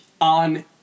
on